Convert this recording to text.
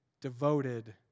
devoted